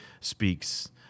speaks